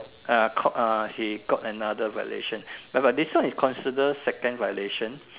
uh got uh he got another violation but this one is consider second violation